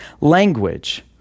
language